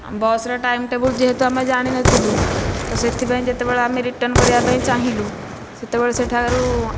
ବସ୍ର time table ଯେହେତୁ ଆମେ ଜାଣିନଥିଲୁ ତ ସେଥିପାଇଁ ଆମେ ଯେବେ ରିଟର୍ଣ୍ଣ କରିବାକୁ ଚାହିଁଲୁ ସେତେବେଳେ ସେଠାରୁ